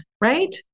right